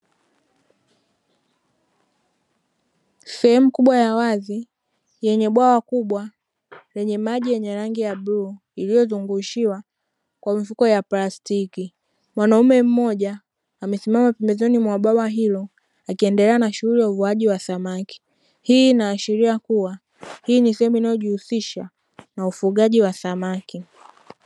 Sehemu kubwa ya wazi yenye bwawa kubwa yenye maji yenye rangi ya bluu iliyozungushiwa kwa mifuko ya plastiki mwanaume mmoja amesimama pambezoni mwa bwawa hilo akiendelea na shughuli ya uvuaji wa samaki hii ina ashiria kuwa hii ni sehemu inayo jihusisha na ufugaji wa samaki.